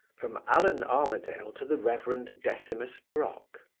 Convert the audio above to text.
from allan armadale to the reverend decimus brock.